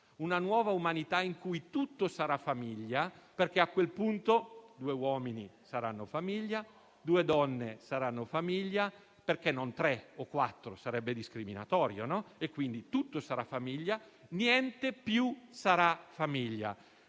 una nuova umanità in cui tutto sarà famiglia perché, a quel punto, due uomini saranno famiglia e due donne saranno famiglia. A quel punto, perché non tre o quattro? Sarebbe discriminatorio e, quindi, tutto sarà famiglia e niente più sarà famiglia.